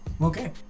Okay